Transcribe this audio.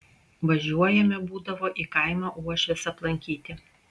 važiuojame būdavo į kaimą uošvės aplankyti